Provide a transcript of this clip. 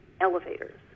elevators